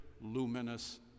luminous